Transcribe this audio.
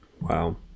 wow